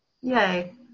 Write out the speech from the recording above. Yay